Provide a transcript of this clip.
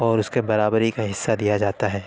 اور اس کے برابری کا حصہ دیا جاتا ہے